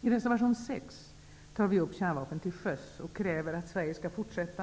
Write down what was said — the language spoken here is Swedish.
I reservation 6 tar vi upp kärnvapen till sjöss och kräver att Sverige fortsatt